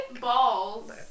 Balls